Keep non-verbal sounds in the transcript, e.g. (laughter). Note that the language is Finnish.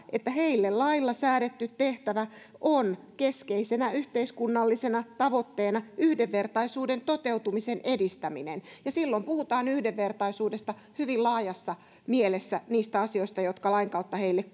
että heille lailla säädetty tehtävä on keskeisenä yhteiskunnallisena tavoitteena yhdenvertaisuuden toteutumisen edistäminen ja silloin puhutaan yhdenvertaisuudesta hyvin laajassa mielessä niissä asioissa jotka lain kautta heille (unintelligible)